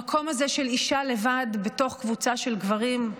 המקום הזה של אישה לבד בתוך קבוצה של גברים,